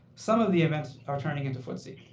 some of the events are turning into ftse.